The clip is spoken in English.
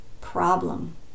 problem